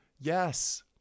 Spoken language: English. Yes